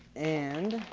and,